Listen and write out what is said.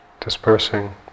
dispersing